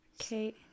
okay